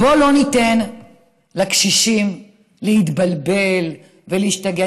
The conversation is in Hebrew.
בואו לא ניתן לקשישים להתבלבל ולהשתגע,